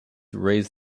raise